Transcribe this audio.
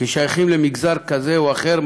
כשייכים למגזר כזה או אחר,